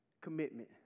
commitment